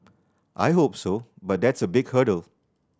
I hope so but that's a big hurdle